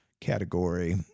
category